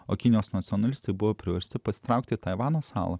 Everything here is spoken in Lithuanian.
o kinijos nacionalistai buvo priversti pasitraukti į taivano salą